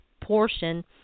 portion